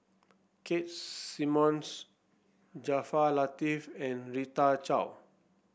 Keith Simmons Jaafar Latiff and Rita Chao